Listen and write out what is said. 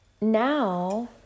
Now